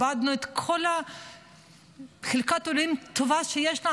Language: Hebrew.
איבדנו את כל חלקת האלוהים הטובה שיש לנו.